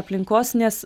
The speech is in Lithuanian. aplinkos nes